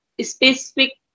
specific